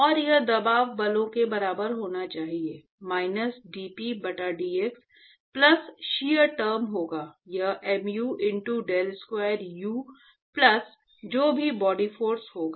और यह दबाव बलों के बराबर होना चाहिए माइनस dp बटा dx प्लस शियर टर्म होगा यह mu into del square u plus जो भी बॉडी फोर्स होगा